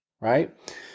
right